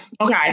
Okay